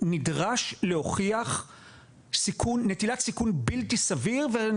נדרש להוכיח נטילת סיכון בלתי סביר ואני